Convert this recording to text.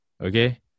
Okay